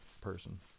person